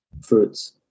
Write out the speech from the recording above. Fruits